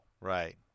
Right